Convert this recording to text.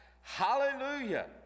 Hallelujah